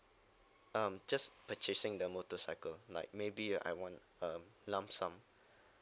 um just purchasing the motorcycle like maybe I want um lump sum